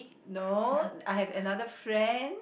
no I have another friend